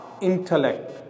intellect